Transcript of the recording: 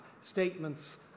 statements